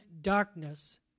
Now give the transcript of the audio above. darkness